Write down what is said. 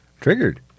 Triggered